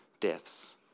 deaths